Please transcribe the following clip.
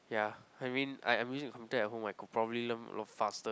ya I mean I I'm using the computer at home I could probably learn a lot faster